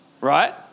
right